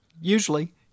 Usually